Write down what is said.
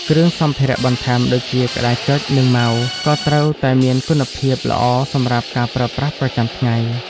គ្រឿងសម្ភារៈបន្ថែមដូចជាក្តារចុចនិង mouseក៏ត្រូវតែមានគុណភាពល្អសម្រាប់ការប្រើប្រាស់ប្រចាំថ្ងៃ។